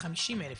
מאיר.